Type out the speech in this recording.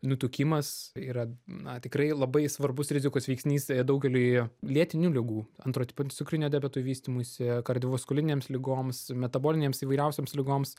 nutukimas yra na tikrai labai svarbus rizikos veiksnys daugeliui lėtinių ligų antro tipo cukriniui diabetui vystymuisi kardiovaskulinėms ligoms metabolinėms įvairiausioms ligoms